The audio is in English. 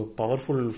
powerful